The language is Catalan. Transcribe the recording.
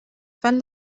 fan